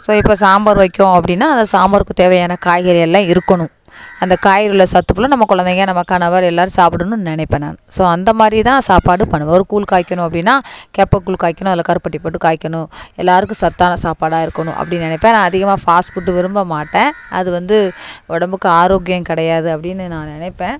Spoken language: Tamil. ஸோ இப்போ சாம்பார் வைக்கோம் அப்படின்னா அந்த சாம்பாருக்கு தேவையான காய்கறி எல்லாம் இருக்கணும் அந்த காய்கறியில் உள்ள சத்து ஃபுல்லாக நம்ம கொழந்தைங்க நம்ம கணவர் எல்லாரும் சாப்பிடணும் நினைப்பேன் நான் ஸோ அந்த மாதிரிதான் சாப்பாடு பண்ணுவேன் ஒரு கூழ் காய்க்கணும் அப்படின்னா கேப்பக்கூழ் காய்க்கணும் அதில் கருப்பட்டி போட்டு காய்க்கணும் எல்லாருக்கும் சத்தான சாப்பாடாக இருக்கணும் அப்டின்னு நினைப்பேன் நான் அதிகமாக ஃபாஸ்ட் ஃபுட்டு விரும்பமாட்டேன் அது வந்து உடம்புக்கு ஆரோக்கியம் கிடையாது அப்படின்னு நான் நினைப்பேன்